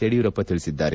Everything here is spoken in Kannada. ಯಡಿಯೂರಪ್ಪ ತಿಳಿಸಿದ್ದಾರೆ